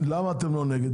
למה אתם לא נגד,